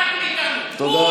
חבר הכנסת מיקי לוי,